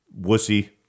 wussy